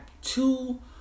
two